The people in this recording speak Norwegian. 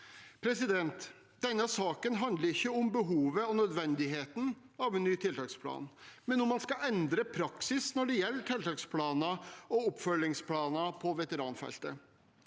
tiltaksplan. Denne saken handler ikke om behovet og nødvendigheten av en ny tiltaksplan, men om man skal endre praksis når det gjelder tiltaksplaner og oppfølgingsplaner på veteranfeltet.